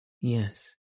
Yes